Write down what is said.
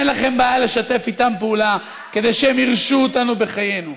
אין לכם בעיה לשתף איתם פעולה כדי שהם יירשו אותנו בחיינו.